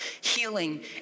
healing